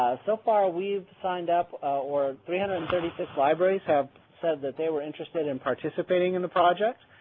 so far we've signed up or three hundred and thirty six libraries have said that they were interested in participating in the project.